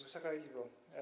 Wysoka Izbo!